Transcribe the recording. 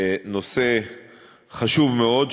הוא חשוב מאוד,